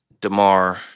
Damar